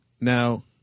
Now